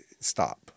stop